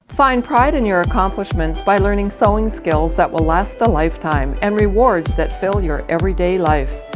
find pride in your accomplishments by learning sewing skills that will last a lifetime and rewards that fill your everyday life.